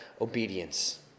obedience